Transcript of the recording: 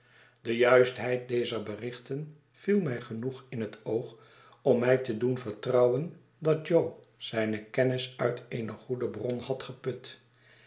de juistheid dezer berichten viel mij genoeg in het oog om mij te doen vertrouwen dat jo zijne kennis uit eene goedelxron had geput